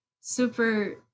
super